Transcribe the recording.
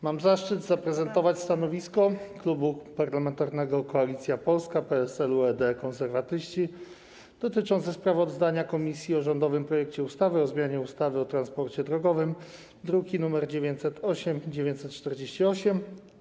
Mam zaszczyt zaprezentować stanowisko Klubu Parlamentarnego Koalicja Polska - PSL, UED, Konserwatyści dotyczące sprawozdania komisji o rządowym projekcie ustawy o zmianie ustawy o transporcie drogowym, druki nr 908 i 948.